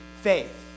faith